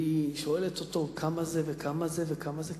והיא שואלת כמה זה וכמה זה וכמה זה,